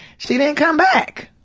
she didn't come back.